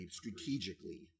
strategically